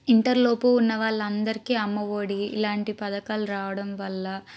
ఇంటర్లోపు ఉన్నవాళ్ళందరికి అమ్మఒడి ఇలాంటి పథకాలు రావడం వల్ల